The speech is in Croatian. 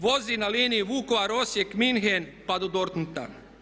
Vozi na liniji Vukovar-Osijek-Munchen pa do Dortmunda.